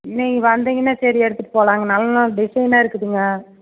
நீங்கள் வந்திங்கன்னா சரி எடுத்துகிட்டு போலாம்ங்க நல்ல நல்ல டிசைனாக இருக்குதுங்க